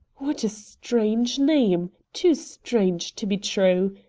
what a strange name. too strange to be true.